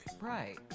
Right